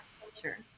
culture